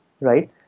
right